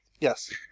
Yes